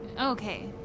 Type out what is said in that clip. Okay